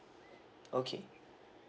okay